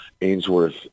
Ainsworth